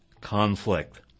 conflict